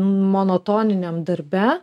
monotoniniam darbe